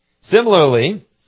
Similarly